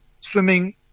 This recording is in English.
swimming